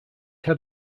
had